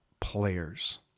players